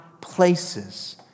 places